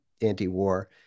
anti-war